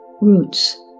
roots